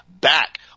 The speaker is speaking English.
back